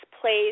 place